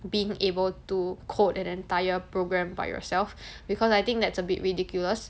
being able to code an entire program by yourself because I think that's a bit ridiculous